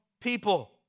people